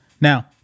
Now